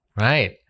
Right